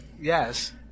Yes